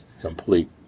complete